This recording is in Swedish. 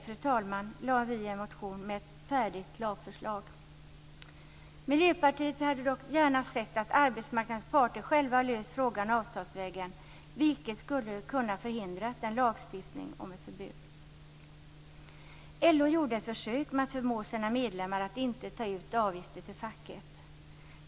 I detta läge väckte vi en motion med ett färdigt lagförslag. Miljöpartiet hade dock gärna sett att arbetsmarknadens parter själva löst frågan avtalsvägen, vilket skulle ha kunnat förhindra en lagstiftning om ett förbud. LO gjorde ett försök med att förmå sina medlemmar att inte ta ut avgifter till facket.